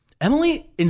Emily